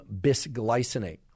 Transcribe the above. Bisglycinate